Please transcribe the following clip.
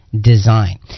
design